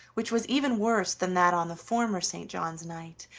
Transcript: which was even worse than that on the former st. john's night,